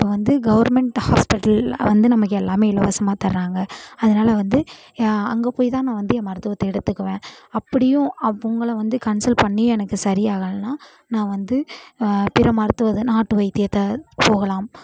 இப்போ வந்து கவர்மெண்ட் ஹாஸ்பிட்டலில் வந்து நமக்கு எல்லாம் இலவசமாக தர்றாங்க அதனால் வந்து அங்கே போய் தான் நான் வந்து என் மருத்துவத்தை எடுத்துக்குவேன் அப்படியும் அவங்கள வந்து கன்செல் பண்ணியும் எனக்கு சரியாகலைனா நான் வந்து பிற மருத்துவத்தை நாட்டு வைத்தியத்தை போகலாம்